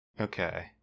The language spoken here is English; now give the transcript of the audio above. okay